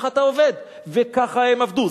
ככה אתה עובד וככה הם עבדו.